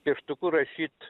pieštuku rašyt